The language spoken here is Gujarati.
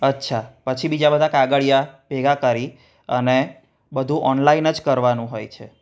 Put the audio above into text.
અચ્છા પછી બીજા બધા કાગળીયા ભેગા કરી અને બધું ઓનલાઈન જ કરવાનું હોય છે